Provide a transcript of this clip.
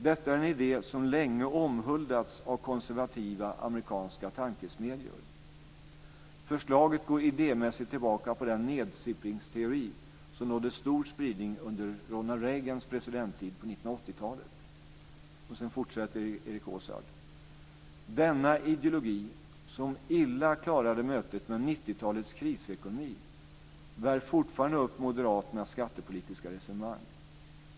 Detta är en idé som länge omhuldats av konservativa amerikanska tankesmedjor Förslaget går idémässigt tillbaka på den 'nedsippringsteori' som nådde stor spridning under Ronald Sedan fortsätter Erik Åsard: "Denna ideologi som illa klarade mötet med 90 talets krisekonomi, bär fortfarande upp moderaternas skattepolitiska resonemang.